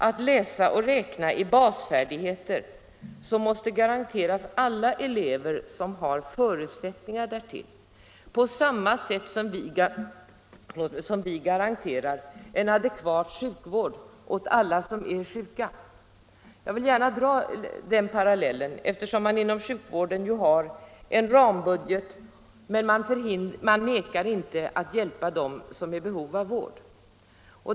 Att läsa och räkna är basfärdigheter som måste garanteras alla elever som har förutsättningar att uppnå dem på samma sätt som vi garanterar en adekvat sjukvård åt alla som är sjuka. Jag vill gärna dra den parallellen, eftersom man inom sjukvården har en rambudget, men man vägrar inte att hjälpa dem som har behov av vård.